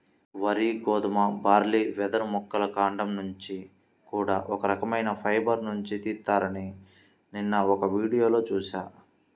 వరి, గోధుమ, బార్లీ, వెదురు మొక్కల కాండం నుంచి కూడా ఒక రకవైన ఫైబర్ నుంచి తీత్తారని నిన్న ఒక వీడియోలో చూశా